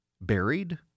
buried